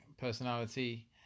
personality